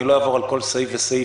אני לא אעבור על כל סעיף וסעיף,